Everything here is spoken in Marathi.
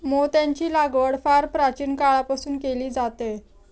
मोत्यांची लागवड फार प्राचीन काळापासून केली जाते